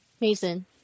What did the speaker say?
Mason